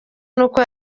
n’uko